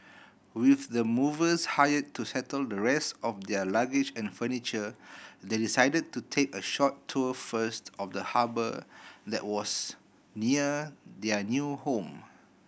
with the movers hired to settle the rest of their luggage and furniture they decided to take a short tour first of the harbour that was near their new home